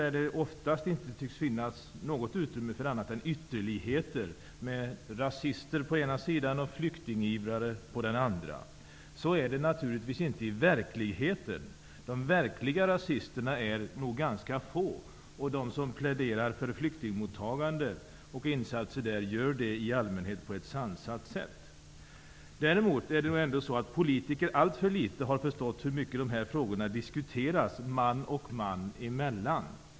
Det tycks oftast inte finnas något utrymme för annat än ytterligheter med rasister på ena sidan och flyktingivrare på den andra. Så är det naturligtvis inte i verkligheten. De verkliga rasisterna är nog ganska få, och de som pläderar för flyktingmottagande och insatser för flyktingar gör det i allmänhet på ett sansat sätt. Däremot har nog politiker alltför litet förstått hur mycket dessa frågor diskuteras man och man emellan.